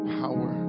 power